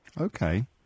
Okay